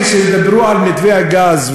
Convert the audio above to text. כשדיברו על מתווה הגז,